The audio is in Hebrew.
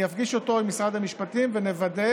אני אפגיש אותו עם משרד המשפטים ונוודא